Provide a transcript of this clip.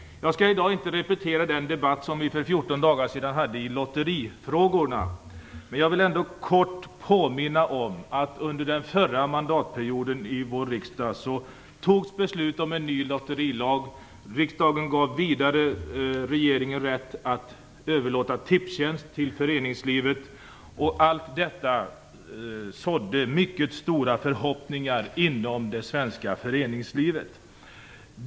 Jag skall i dag inte återigen ta upp den debatt som vi förde för fjorton dagar sedan i lotterifrågorna, men jag vill ändå kort påminna om att det under den förra mandatperioden fattades beslut i riksdagen om en ny lotterilag. Riksdagen gav vidare regeringen rätt att överlåta Tipstjänst till föreningslivet. Allt detta sådde mycket stora förhoppningar inom det svenska föreningslivet.